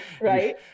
Right